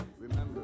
remember